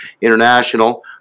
international